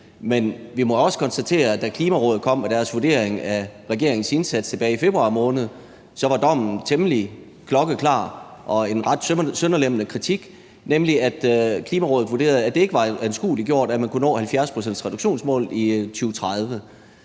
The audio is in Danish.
Men vi må også konstatere, at da Klimarådet kom med deres vurdering af regeringens indsats tilbage i februar måned, var dommen klokkeklar og en ret sønderlemmende kritik, nemlig at Klimarådet vurderede, at det ikke var anskueliggjort, at man kunne nå 70-procentsreduktionsmålet i 2030.